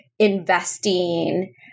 investing